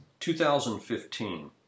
2015